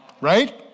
Right